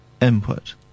input